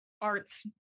arts